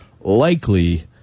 likely